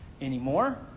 anymore